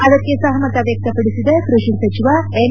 ಅದಕ್ಕೆ ಸಹಮತ ವ್ಯಕ್ತಪಡಿಸಿದ ಕೈಷಿ ಸಚಿವ ಎನ್